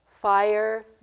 fire